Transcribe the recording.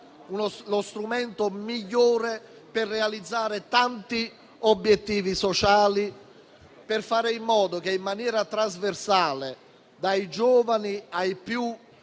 lo strumento migliore per realizzare tanti obiettivi sociali; per fare in modo che in maniera trasversale, dai giovani ai più